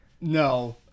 no